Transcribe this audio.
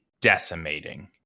decimating